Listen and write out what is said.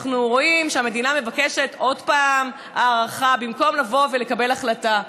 אנחנו רואים שהמדינה מבקשת עוד פעם הארכה במקום לבוא ולקבל החלטה.